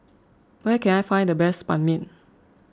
where can I find the best Ban Mian